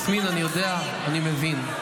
יסמין, אני יודע, אני מבין.